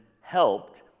helped